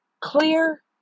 clear